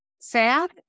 sad